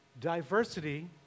Diversity